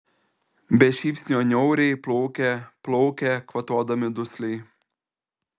be šypsnio niauriai plaukia plaukia kvatodami dusliai